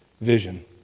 vision